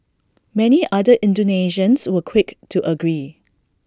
many other Indonesians were quick to agree